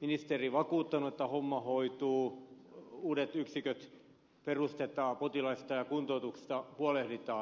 ministeri vakuuttaneet että homma hoituu uudet yksiköt perustetaan potilaista ja kuntoutuksesta huolehditaan